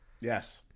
Yes